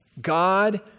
God